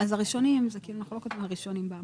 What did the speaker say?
הראשונים זה כאילו מחלוקת מה הראשונים.